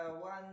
one